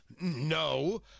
No